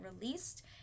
Released